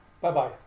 Bye-bye